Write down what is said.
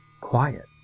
quiet